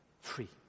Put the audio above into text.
free